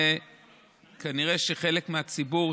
כנראה שחלק מהציבור,